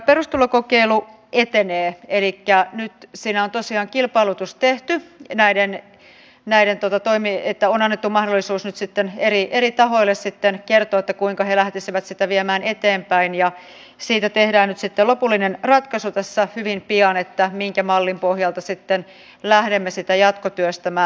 perustulokokeilu etenee elikkä nyt siinä on tosiaan kilpailutus tehty että on annettu mahdollisuus eri tahoille kertoa kuinka he lähtisivät sitä viemään eteenpäin ja siitä tehdään lopullinen ratkaisu hyvin pian että minkä mallin pohjalta sitten lähdemme sitä jatkotyöstämään